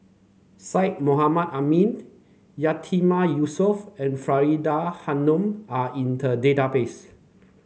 Syed Mohamed Ahmed Yatiman Yusof and Faridah Hanum are in the database